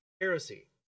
heresy